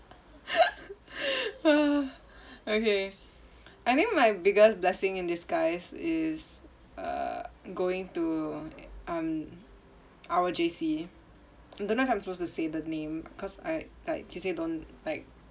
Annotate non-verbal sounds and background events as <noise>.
<laughs> okay I think my biggest blessing in disguise is err going to um our J_C I don't know if I'm supposed to say the name cause I like she say don't like